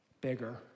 bigger